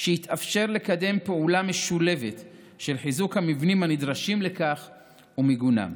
שיתאפשר לקדם פעולה משולבת של חיזוק המבנים הנדרשים לכך ומיגונם.